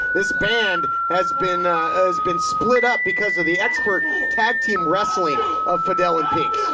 this band has been has been split up because of the expert tag team wrestling of fidel and pinx.